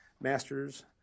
master's